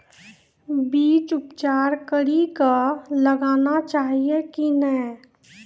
बीज उपचार कड़ी कऽ लगाना चाहिए कि नैय?